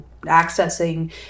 accessing